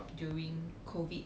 during COVID